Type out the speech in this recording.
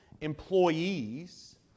employees